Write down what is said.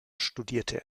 studierte